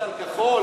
קריסטל מת', כחול.